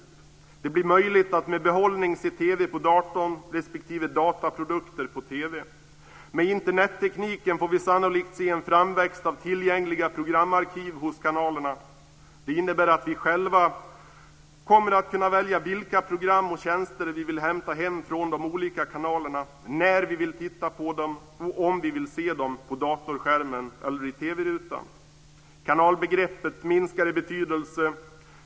Det blir möjligt att med behållning se TV på datorn respektive datorprodukter på TV:n. Med Internettekniken får vi sannolikt se en framväxt av tillgängliga programarkiv hos kanalerna. Det innebär att vi själva kommer att kunna välja vilka program och tjänster vi vill hämta hem från de olika kanalerna, när vi vill titta på dem och om vi vill se dem på datorskärmen eller i TV-rutan. Kanalbegreppet minskar i betydelse.